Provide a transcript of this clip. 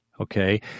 okay